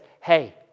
hey